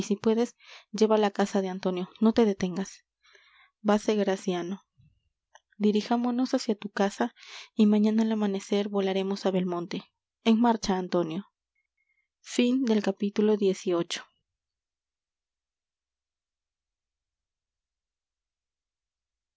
si puedes llévale á casa de antonio no te detengas vase graciano dirijámonos hácia tu casa y mañana al amanecer volaremos á belmonte en marcha antonio